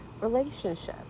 relationship